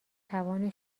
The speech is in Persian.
توان